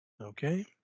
Okay